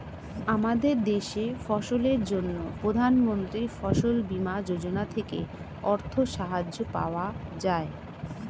আমাদের দেশে ফসলের জন্য প্রধানমন্ত্রী ফসল বীমা যোজনা থেকে অর্থ সাহায্য পাওয়া যায়